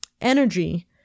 energy